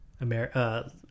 america